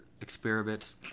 experiments